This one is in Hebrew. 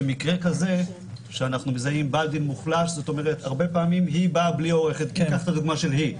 במקרה שאנחנו מזהים בעל דין מוחלש ניקח את הדוגמה של ה"א.